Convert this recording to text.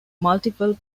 multiple